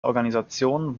organisationen